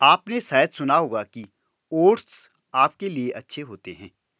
आपने शायद सुना होगा कि ओट्स आपके लिए अच्छे होते हैं